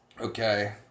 Okay